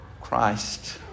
Christ